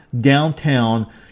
downtown